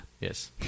Yes